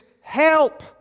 Help